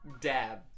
Dab